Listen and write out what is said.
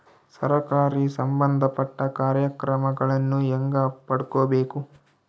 ಸರಕಾರಿ ಸಂಬಂಧಪಟ್ಟ ಕಾರ್ಯಕ್ರಮಗಳನ್ನು ಹೆಂಗ ಪಡ್ಕೊಬೇಕು?